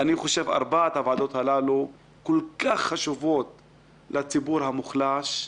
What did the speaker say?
אלו ארבע ועדות חשובות מאוד עבור הציבור המוחלש.